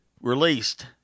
released